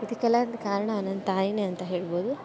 ಇದಕ್ಕೆಲ್ಲ ಕಾರಣ ನನ್ನ ತಾಯಿಯೇ ಅಂತ ಹೇಳ್ಬೋದು